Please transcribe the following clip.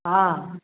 हँ